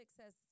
says